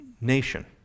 nation